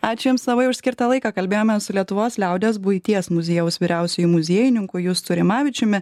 ačiū jums labai už skirtą laiką kalbėjomės su lietuvos liaudies buities muziejaus vyriausiuoju muziejininku justu rimavičiumi